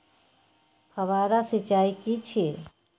फव्वारा सिंचाई की छिये?